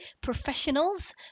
Professionals